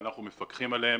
אנחנו מפקחים עליהם